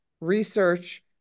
research